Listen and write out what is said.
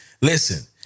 Listen